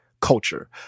culture